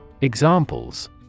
Examples